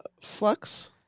Flux